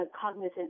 cognizant